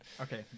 Okay